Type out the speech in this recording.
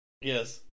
Yes